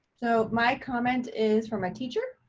so my comment is from a teacher.